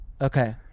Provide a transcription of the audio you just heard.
Okay